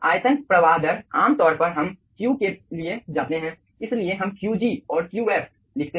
आयतन प्रवाह दर आमतौर पर हम Q के लिए जाते हैं इसलिए हम Qg और Qf लिखते हैं